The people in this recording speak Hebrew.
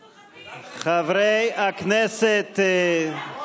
איפה הייתה, מספיק, חבר הכנסת סעדי.